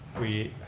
we,